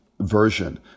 version